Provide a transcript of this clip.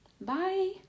bye